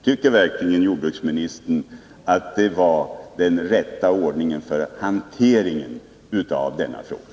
Tycker verkligen jordbruksministern att det var att hantera denna fråga på rätt sätt?